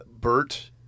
Bert